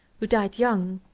who died young.